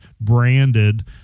branded